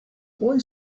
boy